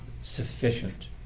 sufficient